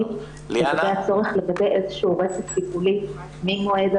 --- לגבי הצורך לוודא איזה שהוא רצף טיפולי --- הבדיקה